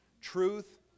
Truth